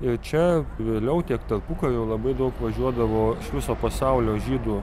ir čia vėliau tiek tarpukariu labai daug važiuodavo iš viso pasaulio žydų